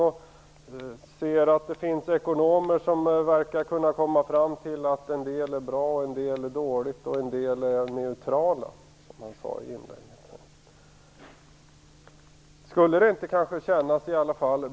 De ser att det finns ekonomer som verkar kunna komma fram till att en del är bra och en del är dåligt medan några ekonomer är neutrala, som han sade i sitt inlägg.